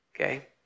Okay